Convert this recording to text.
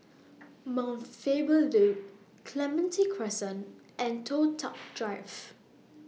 Mount Faber Loop Clementi Crescent and Toh Tuck Drive